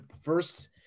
first